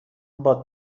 باد